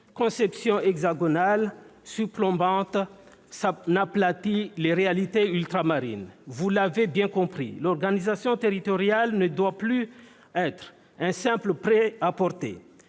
conception hexagonale surplombante n'aplatit les réalités ultramarines. Vous l'avez bien compris, l'organisation territoriale ne doit plus être un simple prêt-à-porter